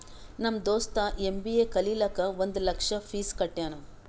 ನಮ್ ದೋಸ್ತ ಎಮ್.ಬಿ.ಎ ಕಲಿಲಾಕ್ ಒಂದ್ ಲಕ್ಷ ಫೀಸ್ ಕಟ್ಯಾನ್